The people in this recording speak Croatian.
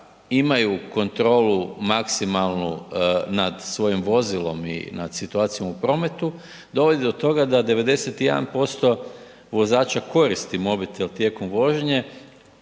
imaju kontrolu maksimalnu nad svojim vozilom i nad situacijom u prometu dovodi do toga da 91% vozača koristi mobitel tijekom vožnje.